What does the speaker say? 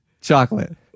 chocolate